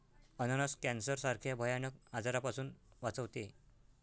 अननस कॅन्सर सारख्या भयानक आजारापासून वाचवते